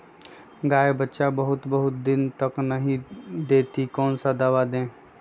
गाय बच्चा बहुत बहुत दिन तक नहीं देती कौन सा दवा दे?